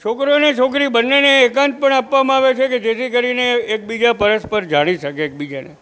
છોકરોને છોકરી બંનેને એકાંત પણ આપવામાં આવે છે કે જેથી કરીને એકબીજા પરસ્પર જાણી શકે એકબીજાને